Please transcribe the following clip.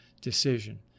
decision